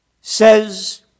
says